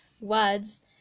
words